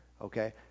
Okay